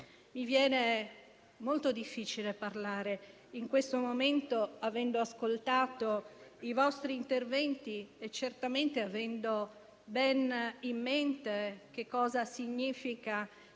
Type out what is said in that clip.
Mi viene molto difficile parlare in questo momento, avendo ascoltato i vostri interventi e certamente avendo bene in mente che cosa significa